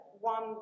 one